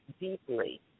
deeply